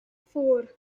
four